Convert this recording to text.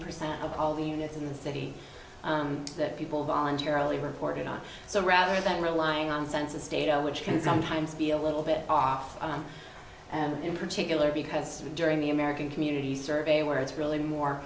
percent of all the units in the city that people voluntarily reported on so rather than relying on census data which can sometimes be a little bit off and in particular because during the american community survey where it's really more